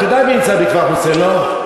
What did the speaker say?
את יודעת מי נמצא בכפר חוסאן, לא?